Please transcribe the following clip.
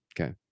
Okay